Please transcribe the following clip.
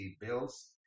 bills